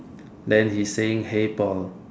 then he is saying hey Paul